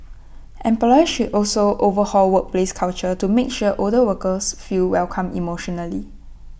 employers should also overhaul workplace culture to make sure older workers feel welcome emotionally